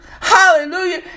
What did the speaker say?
hallelujah